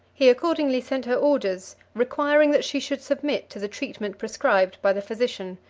he accordingly sent her orders, requiring that she should submit to the treatment prescribed by the physician,